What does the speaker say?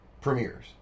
premieres